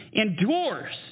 endures